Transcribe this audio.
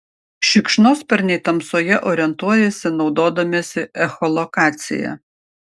šikšnosparniai tamsoje orientuojasi naudodamiesi echolokacija